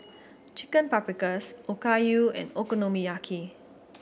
Chicken Paprikas Okayu and Okonomiyaki